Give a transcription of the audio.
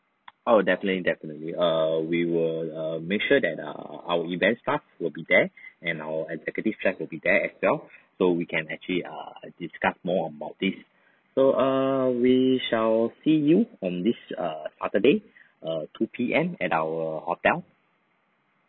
oh definitely definitely err we will err make sure that err our event staff will be there and our executive chef will be there as well so we can actually err discuss more about this so err we shall see you on this err saturday err two P_M at our hotel